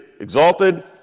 exalted